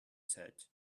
said